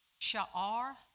Sha'ar